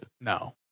No